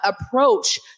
approach